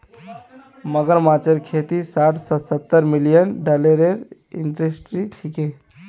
मगरमच्छेर खेती साठ स सत्तर मिलियन डॉलरेर इंडस्ट्री छिके